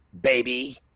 baby